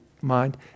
mind